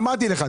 אמרתי לך,